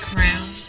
Crown